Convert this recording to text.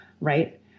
right